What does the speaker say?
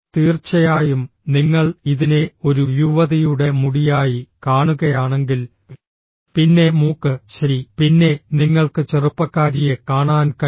തീർച്ചയായും നിങ്ങൾ ഇതിനെ ഒരു യുവതിയുടെ മുടിയായി കാണുകയാണെങ്കിൽ പിന്നെ മൂക്ക് ശരി പിന്നെ നിങ്ങൾക്ക് ചെറുപ്പക്കാരിയെ കാണാൻ കഴിയും